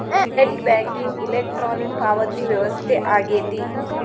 net banking electronic ಪಾವತಿ ವ್ಯವಸ್ಥೆ ಆಗೆತಿ